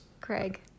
Craig